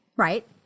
Right